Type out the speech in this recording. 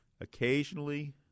Occasionally